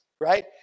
right